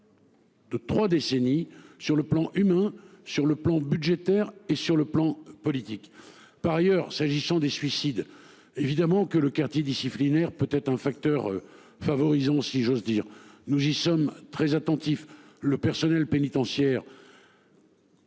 Deux 3 décennies sur le plan humain, sur le plan budgétaire et sur le plan politique. Par ailleurs s'agissant des suicides. Évidemment que le quartier disciplinaire peut être un facteur. Favorisant si j'ose dire. Nous y sommes très attentifs. Le personnel pénitentiaire.